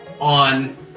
on